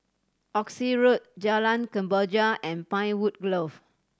Oxley Road Jalan Kemboja and Pinewood Grove